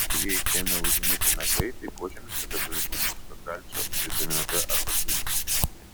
jei ėmė lūžinėti nagai tai požymis kad organizmui trūksta kalcio vitamino d arba cinko